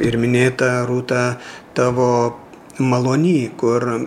ir minėtą rūta tavo malony kur